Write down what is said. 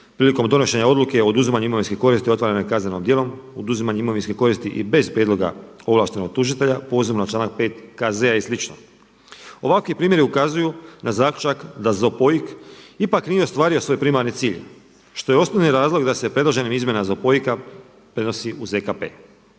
prilikom donošenja odluke o oduzimanju imovinske koristi ostvarene kaznenim djelom, oduzimanje imovinske koristi i bez prijedloga ovlaštenog tužitelja pozivom na članak 5. KZ-a i slično. Ovakvi primjeri ukazuju na zaključak da ZOPOIK ipak nije ostvario svoj primarni cilj što je osnovni razlog da se predloženim izmjenama ZOPOIK-a prenosi u ZKP.